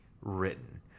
written